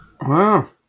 Wow